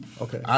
Okay